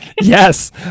Yes